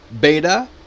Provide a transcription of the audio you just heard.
beta